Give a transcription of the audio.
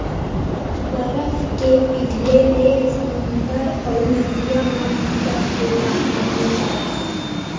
बरफ के पिघले ले समुद्दर अउ नदिया म बिकट के पानी हो जावत हे